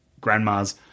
grandma's